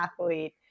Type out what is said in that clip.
athlete